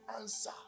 answer